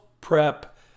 Prep